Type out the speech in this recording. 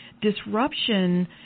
disruption